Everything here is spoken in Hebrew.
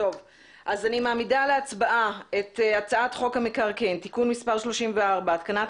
אני מעמידה להצבעה את הצעת חוק המקרקעין (תיקון מס' 34) (התקנת